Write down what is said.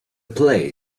play